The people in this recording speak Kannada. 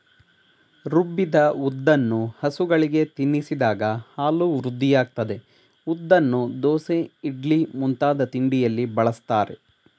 ರುಬ್ಬಿದ ಉದ್ದನ್ನು ಹಸುಗಳಿಗೆ ತಿನ್ನಿಸಿದಾಗ ಹಾಲು ವೃದ್ಧಿಯಾಗ್ತದೆ ಉದ್ದನ್ನು ದೋಸೆ ಇಡ್ಲಿ ಮುಂತಾದ ತಿಂಡಿಯಲ್ಲಿ ಬಳಸ್ತಾರೆ